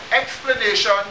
explanation